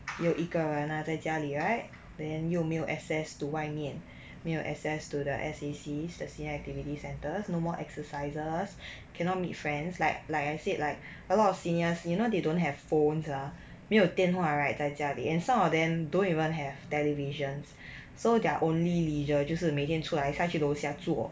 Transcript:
又一个人 ah 在家里 right then 又没有 access to 外面 没有 access to the S_C_C the senior activity centres no more exercises cannot meet friends like like I said like a lot of seniors you know they don't have phones ah 没有电话 right 在家里 and some of them don't even have televisions so their only leisure 就是每天出来下去楼下坐